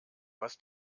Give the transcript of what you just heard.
was